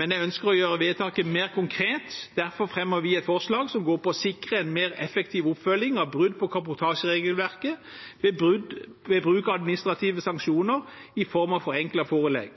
men jeg ønsker å gjøre vedtaket mer konkret. Derfor fremmer vi et forslag som går på å sikre en mer effektiv oppfølging av brudd på kabotasjeregelverket ved bruk av administrative sanksjoner i form av forenklet forelegg.